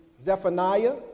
Zephaniah